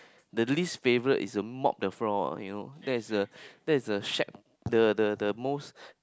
the least favourite is a mop the floor you know that is a that is a shag the the the most